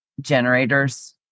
generators